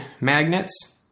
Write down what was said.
magnets